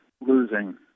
losing